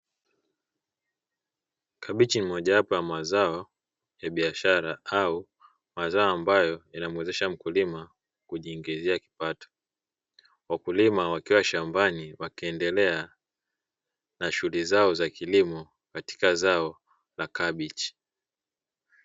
Kabichi ni mojawapo ya mazao ya biashara au mazao ambayo yanamuwezesha mkulima kujiingizia kipato. Wakulima wakiwa shambani wakiendelea na shughuli zao za kilimo katika zao la kabichi.